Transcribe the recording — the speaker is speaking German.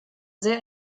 sehr